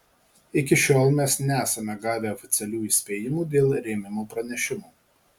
iki šiol mes nesame gavę oficialių įspėjimų dėl rėmimo pranešimų